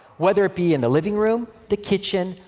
whether it be in the living room, the kitchen,